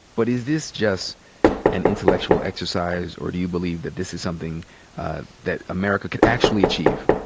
but is this just an intellectual exercise? or do you believe that this is something that america could actually achieve?